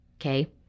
Okay